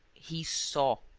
he saw!